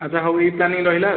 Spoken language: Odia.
ଆଚ୍ଛା ହଉ ଏହି ପ୍ଳାନିଙ୍ଗ୍ ରହିଲା ଆଉ